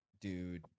dude